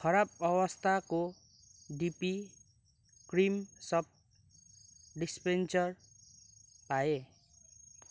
खराब अवस्थाको डिपी क्रिम सप डिस्पेन्सर पाएँ